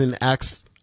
acts